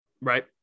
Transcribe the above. right